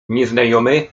nieznajomy